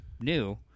new